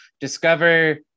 discover